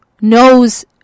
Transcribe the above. knows